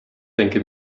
denke